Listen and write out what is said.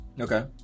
okay